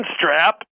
strap